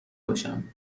بشم